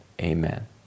amen